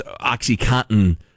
Oxycontin